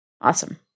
awesome